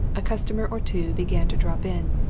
a customer or two began to drop in.